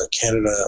Canada